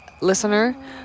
listener